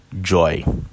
joy